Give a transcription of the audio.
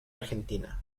argentina